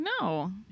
No